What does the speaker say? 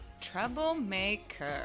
Troublemaker